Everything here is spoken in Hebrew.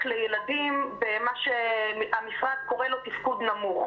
לילדים במה שהמשרד קורא לו תפקוד נמוך.